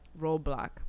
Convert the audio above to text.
roadblock